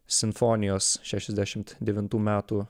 simfonijos šešiasdešimt devintų metų